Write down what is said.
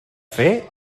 fer